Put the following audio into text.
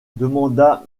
demanda